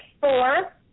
four